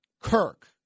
Kirk